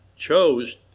chose